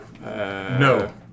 No